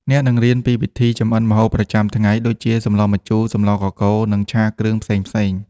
អ្នកនឹងរៀនពីវិធីចម្អិនម្ហូបប្រចាំថ្ងៃ ដូចជា សម្លម្ជូរ សម្លកកូរ និងឆាគ្រឿងផ្សេងៗ។